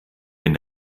wenn